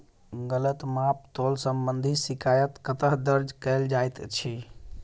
गलत माप तोल संबंधी शिकायत कतह दर्ज कैल जाइत अछि?